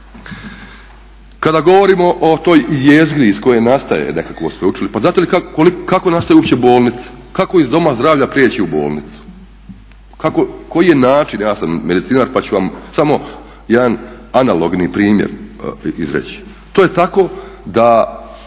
Kada govorimo o toj jezgri iz koje nastaje nekakvo sveučilište, pa znate li kako nastaje uopće bolnica, kako iz doma zdravlja priječi u bolnicu? Koji je način, ja sam medicinar pa ću vam samo jedan analogni primjer izreći. To je tako da